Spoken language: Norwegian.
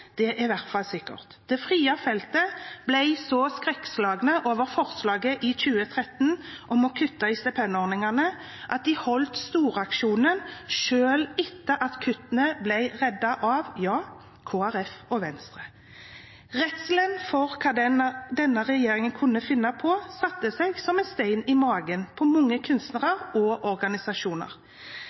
er i hvert fall sikkert. Det frie feltet ble så skrekkslagne over forslaget i 2013 om å kutte i stipendordningene at de holdt storaksjon, selv etter at kuttene ble reddet av Kristelig Folkeparti og Venstre. Redselen for hva denne regjeringen kunne finne på, satte seg som en stein i magen på mange kunstnere og organisasjoner.